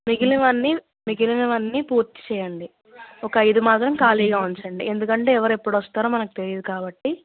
మిగిలినవన్నీ మిగిలినవన్నీ పూర్తి చెయ్యండి ఒక ఐదు మాత్రం ఖాళీగా ఉంచండి ఎందుకంటే ఎవరెప్పుడొస్తారో మనకి తెలీదు కాబట్టి